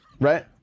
right